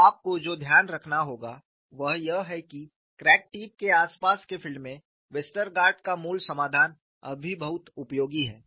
तो आपको जो ध्यान रखना होगा वह यह है कि क्रैक टिप के आसपास के फील्ड में वेस्टरगार्ड का मूल समाधान अभी भी बहुत उपयोगी है